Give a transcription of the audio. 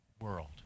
world